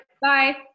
Bye